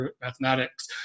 Mathematics